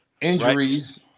Injuries